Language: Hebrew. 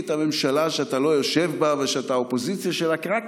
הממשלה שאתה לא יושב בה ושאתה אופוזיציה שלה רק כי